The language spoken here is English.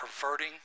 perverting